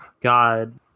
God